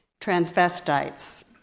transvestites